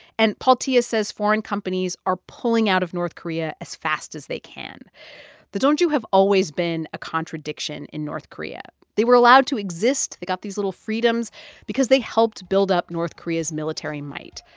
and paul tjia says foreign companies are pulling out of north korea as fast as they can the donju have always been a contradiction in north korea. they were allowed to exist they got these little freedoms because they helped build up north korea's military might.